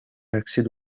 accède